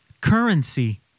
currency